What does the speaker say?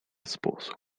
sposób